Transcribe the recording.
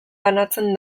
banatzen